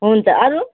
हुन्छ अरू